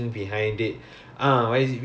why is he asking us to do that oh okay